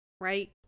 right